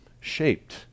shaped